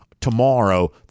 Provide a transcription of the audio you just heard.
tomorrow